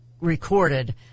recorded